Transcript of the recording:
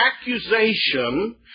accusation